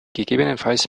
gegebenenfalls